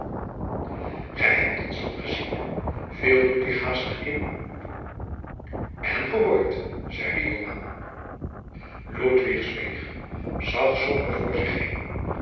gij hebt ons dan gezien viel ludwig haastig in en gehoord zeide joan ludwig zweeg zag somber voor zich heen